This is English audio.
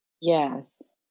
Yes